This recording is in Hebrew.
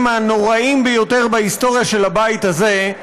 הנוראיים ביותר בהיסטוריה של הבית הזה,